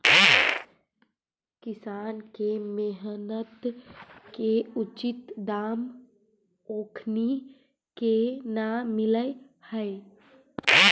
किसान के मेहनत के उचित दाम ओखनी के न मिलऽ हइ